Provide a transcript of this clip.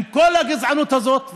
עם כל הגזענות הזאת,